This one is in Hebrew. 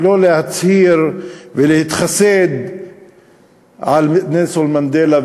לא להצהיר ולהתחסד על נלסון מנדלה,